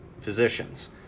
physicians